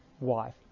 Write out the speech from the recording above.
wife